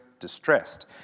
Distressed